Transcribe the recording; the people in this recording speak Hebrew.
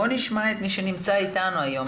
בואו נשמע את מי שנמצא איתנו היום.